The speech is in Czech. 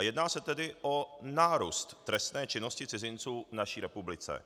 Jedná se tedy o nárůst trestné činnosti cizinců v naší republice.